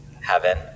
Heaven